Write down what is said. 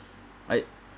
I